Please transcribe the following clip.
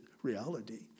reality